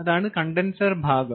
അതാണ് കണ്ടൻസർ ഭാഗം